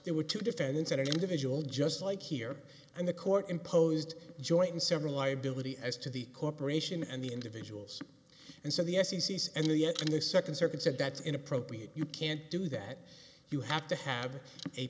there were two defendants and an individual just like here and the court imposed joint and several liability as to the corporation and the individuals and so the f c c is and yet in the second circuit said that's inappropriate you can't do that you have to have a